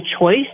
choice